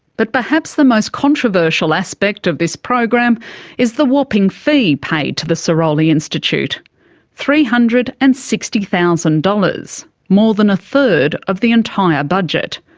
but perhaps the most controversial aspect of this program is the whopping fee paid to the sirolli institute three hundred and sixty thousand dollars, more than a third of the entire budget,